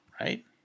right